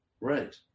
right